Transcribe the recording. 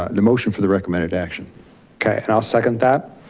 the motion for the recommended action. okay and i'll second that.